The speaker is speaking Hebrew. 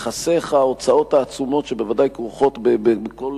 ייחסכו ההוצאות העצומות שבוודאי כרוכות בכל